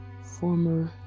former